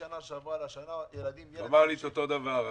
משנה שעברה לשנה ילדים --- הוא אמר לי את אותו דבר.